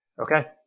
Okay